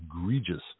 egregious